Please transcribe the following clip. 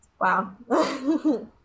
wow